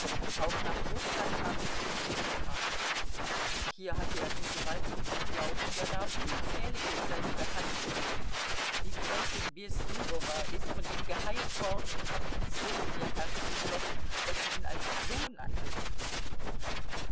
auch nach rußland haben sie ihn mitgebracht hier hatte er nun gewaltigen zulauf und er nahm unzählige in seine behandlung die gräfin bessubowa ist von ihm geheilt worden und hat ihn so in ihr herz geschlossen daß sie ihn als sohn angenommen hat